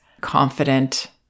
confident